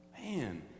Man